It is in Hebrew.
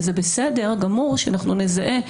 זה בסדר גמור שאנחנו נזהה,